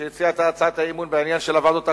שהציע את הצעת האי-אמון בנושא הוועדות הקרואות.